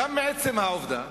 גם מעצם העובדה